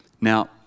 Now